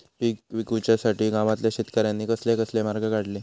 पीक विकुच्यासाठी गावातल्या शेतकऱ्यांनी कसले कसले मार्ग काढले?